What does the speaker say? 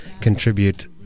contribute